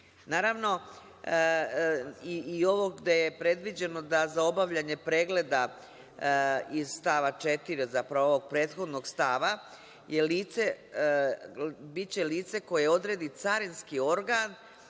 i ovo gde je predviđeno da za obavljanje pregleda iz stava 4. zapravo, ovog prethodnog stava, biće lice koje odredi carinski organ